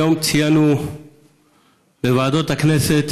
היום ציינו בוועדות הכנסת